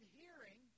hearing